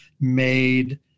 made